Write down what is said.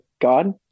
God